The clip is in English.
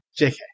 JK